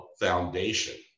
foundation